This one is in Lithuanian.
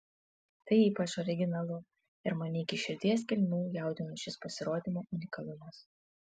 tai ypač originalu ir mane iki širdies gelmių jaudino šis pasirodymo unikalumas